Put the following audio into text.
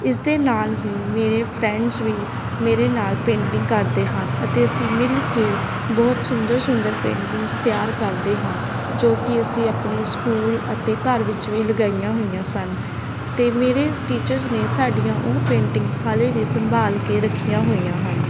ਇਸ ਦੇ ਨਾਲ ਹੀ ਮੇਰੇ ਫਰੈਂਡਸ ਵੀ ਮੇਰੇ ਨਾਲ ਪੇਂਟਿੰਗ ਕਰਦੇ ਹਨ ਅਤੇ ਅਸੀਂ ਮਿਲ ਕੇ ਬਹੁਤ ਸੁੰਦਰ ਸੁੰਦਰ ਪੇਂਟਿੰਗਸ ਤਿਆਰ ਕਰਦੇ ਹਾਂ ਜੋ ਕਿ ਅਸੀਂ ਆਪਣੇ ਸਕੂਲ ਅਤੇ ਘਰ ਵਿੱਚ ਵੀ ਲਗਾਈਆਂ ਹੋਈਆਂ ਸਨ ਅਤੇ ਮੇਰੇ ਟੀਚਰਸ ਨੇ ਸਾਡੀਆਂ ਉਹ ਪੇਂਟਿੰਗਸ ਹਾਲੇ ਵੀ ਸੰਭਾਲ ਕੇ ਰੱਖੀਆਂ ਹੋਈਆਂ ਹਨ